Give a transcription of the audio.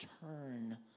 turn